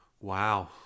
Wow